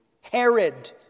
Herod